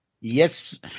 Yes